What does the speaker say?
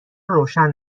روشن